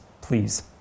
please